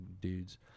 dudes